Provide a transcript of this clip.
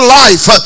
life